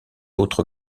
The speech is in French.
autre